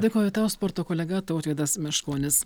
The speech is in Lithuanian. dėkoju tau sporto kolega tautvydas meškonis